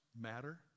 Matter